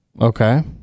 Okay